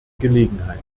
gelegenheit